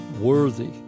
worthy